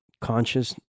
conscious